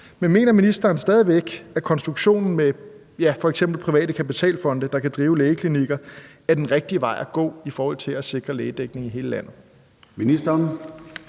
men mener ministeren stadig væk, at konstruktionen med f.eks. private kapitalfonde, der kan drive lægeklinikker, er den rigtige vej at gå i forhold til at sikre lægedækningen i hele landet?